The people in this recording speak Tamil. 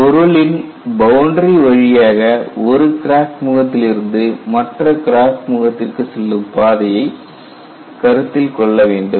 பொருளின் பவுண்டரி வழியாக ஒரு கிராக் முகத்திலிருந்து மற்ற கிராக் முகத்திற்கு செல்லும் பாதையை கருத்தில் கொள்ள வேண்டும்